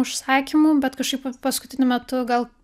užsakymų bet kažkaip paskutiniu metu gal